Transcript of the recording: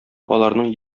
аларның